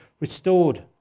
restored